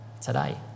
today